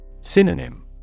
Synonym